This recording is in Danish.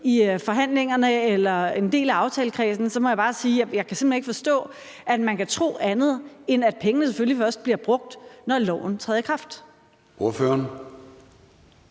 i forhandlingerne eller været en del af aftalekredsen må jeg bare sige, at jeg simpelt hen ikke kan forstå, at man kan tro andet, end at pengene selvfølgelig først bliver brugt, når loven træder i kraft. Kl.